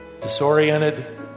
disoriented